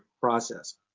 process